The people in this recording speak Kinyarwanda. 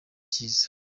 cyiza